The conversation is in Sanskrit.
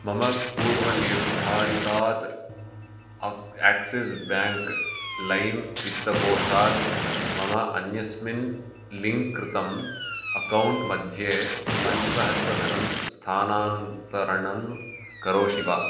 मम पूर्वनिर्धारितात् आक्सिस् बेङ्क् लैम् वित्तकोषात् मम अन्यस्मिन् लिङ्क् कृतम् अक्कौण्ट् मध्ये पञ्चसहस्रं धनं स्थानान्तरणं करोषि वा